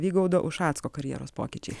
vygaudo ušacko karjeros pokyčiai